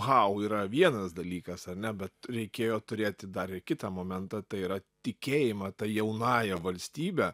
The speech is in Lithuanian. hau yra vienas dalykas ar ne bet reikėjo turėti dar ir kitą momentą tai yra tikėjimą ta jaunąja valstybe